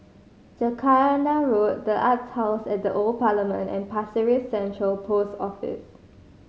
Jacaranda Road The Arts House at the Old Parliament and Pasir Ris Central Post Office